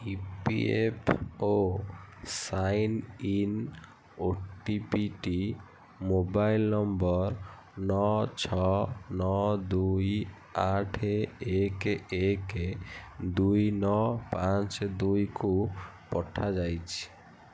ଇ P F O sign in ଓଟିପିଟି mobile number ନଅ ଛଅ ନଅ ଦୁଇ ଆଠ ଏକ ଏକ ଦୁଇ ନଅ ପାଞ୍ଚ ଦୁଇକୁ ପଠାଯାଇଛି